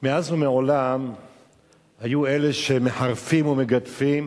מאז ומעולם היו אלה שמחרפים ומגדפים